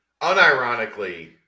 Unironically